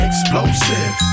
Explosive